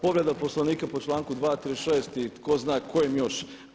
Povreda Poslovnika po članku 236. i tko zna kojem još.